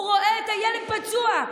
הוא רואה את הילד פצוע.